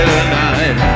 Tonight